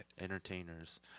Entertainers